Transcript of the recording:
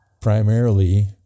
primarily